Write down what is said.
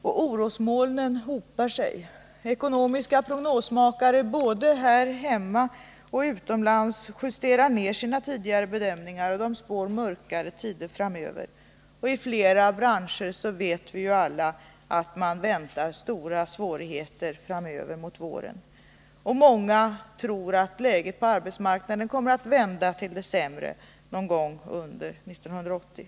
Och orosmolnen hopar sig. Ekonomiska prognosmakare både här hemma och utomlands justerar ner sina tidigare bedömningar och spår mörkare tider framöver. Vi vet ju alla att man i flera branscher väntar stora svårigheter fram mot våren. Många befarar att läget på arbetsmarknaden kommer att vända till det sämre någon gång under 1980.